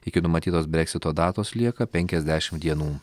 iki numatytos breksito datos lieka penkiasdešimt dienų